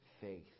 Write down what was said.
faith